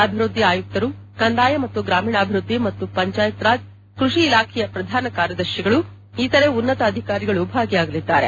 ಅಭಿವೃದ್ದಿ ಆಯುಕ್ತರು ಕಂದಾಯ ಮತ್ತು ಗ್ರಾಮೀಣಾಭಿವೃದ್ಧಿ ಮತ್ತು ಪಂಚಾಯತ್ ರಾಜ್ ಕೃಷಿ ಇಲಾಖೆಯ ಶ್ರಧಾನ ಕಾರ್ಯದರ್ತಿಗಳು ಇತರೆ ಉನ್ನತ ಅಧಿಕಾರಿಗಳು ಭಾಗಿಯಾಗಲಿದ್ದಾರೆ